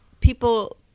people